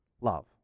love